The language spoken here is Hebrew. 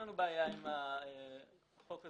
לנו בעיה עם החוק הזה.